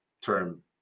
term